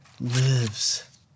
lives